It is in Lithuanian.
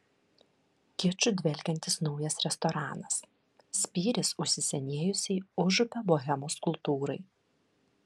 kiču dvelkiantis naujas restoranas spyris užsisenėjusiai užupio bohemos kultūrai